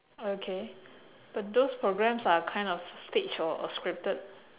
okay but those programs are kind of staged or or scripted